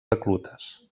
reclutes